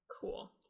Cool